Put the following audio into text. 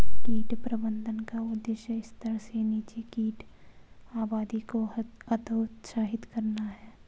कीट प्रबंधन का उद्देश्य स्तर से नीचे कीट आबादी को हतोत्साहित करना है